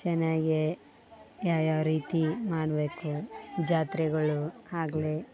ಚೆನ್ನಾಗೆ ಯಾವ ಯಾವ ರೀತಿ ಮಾಡಬೇಕು ಜಾತ್ರೆಗಳು ಆಗ್ಲೀ